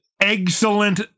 excellent